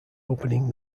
opening